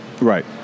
Right